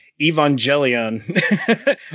Evangelion